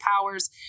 powers